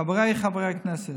חבריי חברי הכנסת,